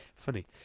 Funny